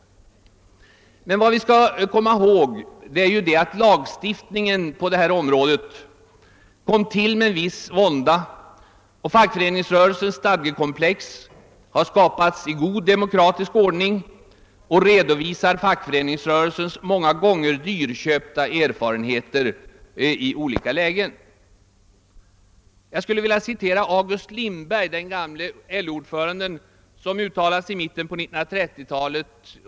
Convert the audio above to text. Men vad vi skall komma ihåg är att lagstiftningen på detta område kom till under viss vånda och att fackföreningsrörelsens stadgekomplex har skapats i god demokratisk ordning — där redovisas fackföreningsrörelsens många gånger dyrköpta erfarenheter i olika lägen. Jag vill citera ett uttalande av August Lindberg, den gamle LO-ordföranden, från mitten av 1930-talet.